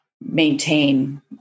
maintain